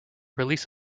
release